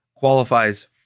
Qualifies